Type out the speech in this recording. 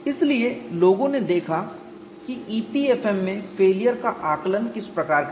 इसलिए लोगों ने देखा कि EPFM में फेलियर का आकलन किस प्रकार करें